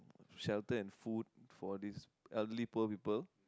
shelter and food for these elderly poor people